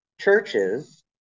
churches